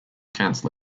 cancel